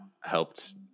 helped